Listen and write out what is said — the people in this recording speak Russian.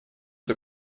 эту